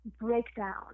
breakdown